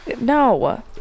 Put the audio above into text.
No